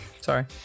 Sorry